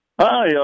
Hi